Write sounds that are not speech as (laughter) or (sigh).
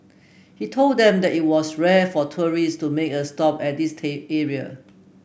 he told them that it was rare for tourist to make a stop at this (unintelligible) area